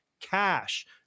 cash